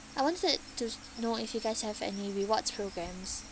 I wanted to know if you guys have any rewards programs